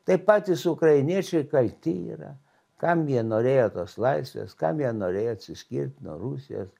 tai patys ukrainiečiai kalti yra kam jie norėjo tos laisvės kam jie norėjo atsiskirt nuo rusijos